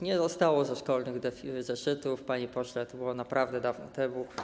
Nie zostały ze szkolnych zeszytów, panie pośle, to było naprawdę dawno temu.